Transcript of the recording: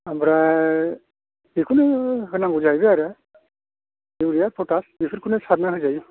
ओमफ्राय बेखौनो होनांगौ जाहैबाय आरो इउरिया फटास बेफोरखौनो सारना होजायो